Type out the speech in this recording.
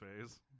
phase